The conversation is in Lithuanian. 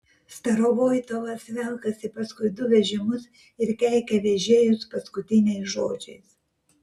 starovoitovas velkasi paskui du vežimus ir keikia vežėjus paskutiniais žodžiais